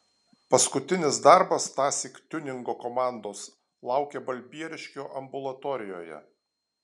paskutinis darbas tąsyk tiuningo komandos laukė balbieriškio ambulatorijoje